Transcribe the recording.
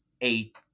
eight